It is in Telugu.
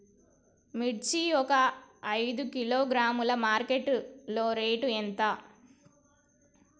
మిర్చి ఒక ఐదు కిలోగ్రాముల మార్కెట్ లో రేటు ఎంత?